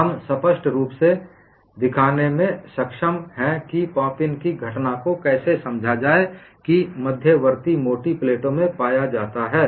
हम स्पष्ट रूप से दिखाने में सक्षम हैं कि पॉप इन की घटना को कैसे समझा जाए कि कि मध्यवर्ती मोटी प्लेटों में पाया जाता है